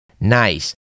Nice